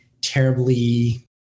terribly